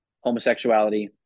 homosexuality